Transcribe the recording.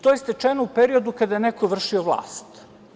To je stečeno u periodu kada je neko vršio vlast.